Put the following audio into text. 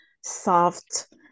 soft